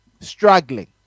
Struggling